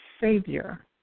savior